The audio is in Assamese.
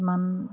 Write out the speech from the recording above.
কিমান